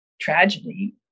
tragedy